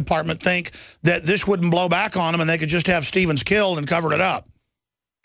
department think that this would blow back on him and they could just have stevens killed and covered it up